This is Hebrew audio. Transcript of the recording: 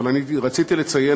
אבל רציתי לציין,